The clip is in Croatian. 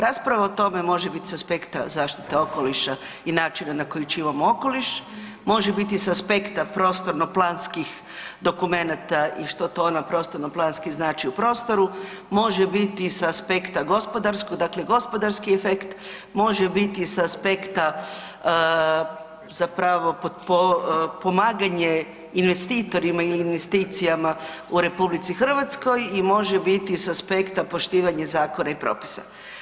Rasprava o tome može biti s aspekta zaštite okoliša i načina na koji čuvamo okoliš, može biti s aspekta prostorno planskih dokumenata i što to na prostorno planski znači u prostoru, može biti sa aspekta gospodarskog, dakle gospodarski efekt, može biti sa aspekta zapravo pomaganje investitorima ili investicijama u RH i može biti s aspekta poštivanje zakona i propisa.